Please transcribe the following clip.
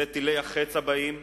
אלה טילי ה"חץ" הבאים,